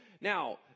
Now